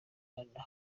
ungana